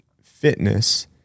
fitness